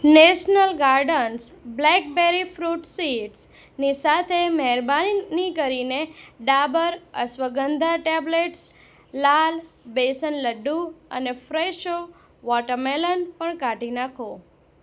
national gardens blackberry fruit seeds ની સાથે મહેરબાની કરીને ડાબર અશ્વગંધા ટેબ્લેટ્સ લાલ બેસન લડ્ડુ અને ફ્રેશો વોટર મેલન પણ કાઢી નાખો